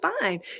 fine